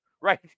right